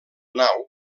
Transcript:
nau